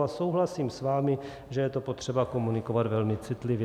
A souhlasím s vámi, že je to potřeba komunikovat velmi citlivě.